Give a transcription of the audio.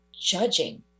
judging